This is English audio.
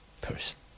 person